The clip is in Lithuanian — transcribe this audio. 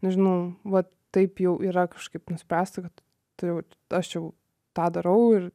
nežinau vat taip jau yra kažkaip nuspręsta kad tu aš jau tą darau ir